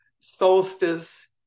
solstice